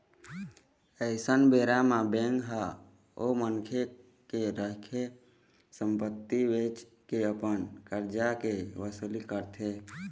अइसन बेरा म बेंक ह ओ मनखे के रखे संपत्ति ल बेंच के अपन करजा के वसूली करथे